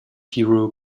hero